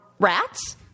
Rats